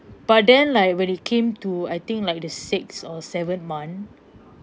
but then like when it came to I think like the sixth or seventh month